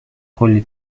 کلّی